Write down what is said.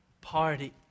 party